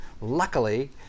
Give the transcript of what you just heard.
luckily